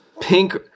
Pink